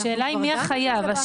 אנחנו